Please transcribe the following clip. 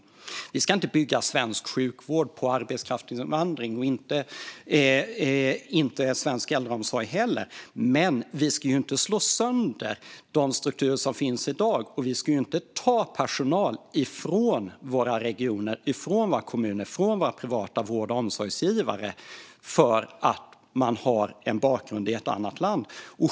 Svensk sjukvård ska inte byggas på arbetskraftsinvandring, och inte svensk äldreomsorg heller. Men vi ska inte slå sönder de strukturer som finns i dag och inte heller ta personal från regioner, kommuner eller privata vård och omsorgsgivare för att de har ursprung i ett annat land.